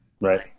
Right